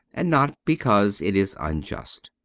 and not because it is unjust.